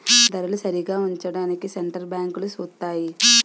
ధరలు సరిగా ఉంచడానికి సెంటర్ బ్యాంకులు సూత్తాయి